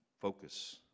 focus